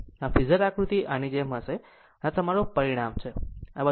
આમ ફેઝર આકૃતિ આની જેમ હશે આમ આ તમારું પરિણામ છે